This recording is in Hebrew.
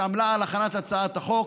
שעמלה על הכנת הצעת החוק,